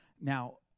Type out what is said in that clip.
Now